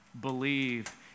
believe